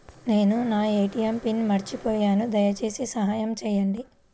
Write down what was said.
నేను నా ATM PIN మర్చిపోయాను దయచేసి సహాయం చేయండి